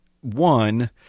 one